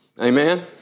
Amen